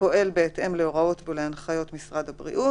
הפועל בהתאם להוראות ולהנחיות משרד הבריאות: